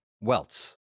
Welts